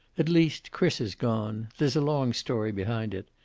at least, chris has gone. there's a long story behind it.